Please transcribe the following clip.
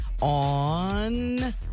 on